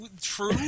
True